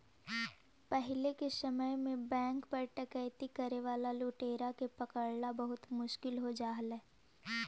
पहिले के समय में बैंक पर डकैती करे वाला लुटेरा के पकड़ला बहुत मुश्किल हो जा हलइ